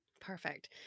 Perfect